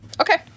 Okay